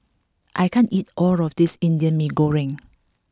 I can't eat all of this Indian Mee Goreng